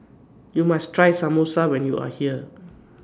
YOU must Try Samosa when YOU Are here